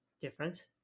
different